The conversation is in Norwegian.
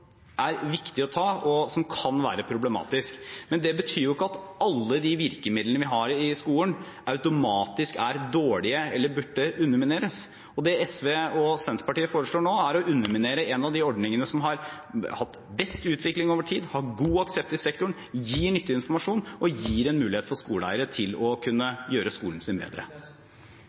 kan være problematisk, men det betyr ikke at alle de virkemidlene vi har i skolen, automatisk er dårlige eller burde undermineres. Det SV og Senterpartiet foreslår nå, er å underminere en av de ordningene som har hatt best utvikling over tid, har god aksept i sektoren, gir nyttig informasjon og gir en mulighet for skoleeiere til å kunne